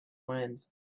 wind